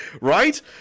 Right